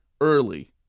early